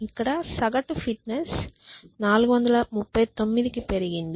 ఇక్కడ సగటు ఫిట్నెస్ 439 కి పెరిగింది